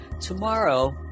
tomorrow